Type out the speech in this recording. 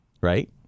Right